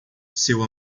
seu